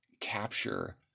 capture